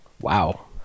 wow